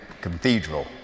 cathedral